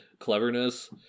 cleverness